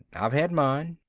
i've had mine.